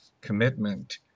commitment